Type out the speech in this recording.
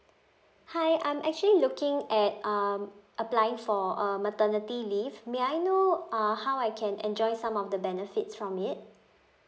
hi I'm actually looking at um applying for uh maternity leave may I know uh how I can enjoy some of the benefits from it